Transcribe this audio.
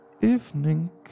evening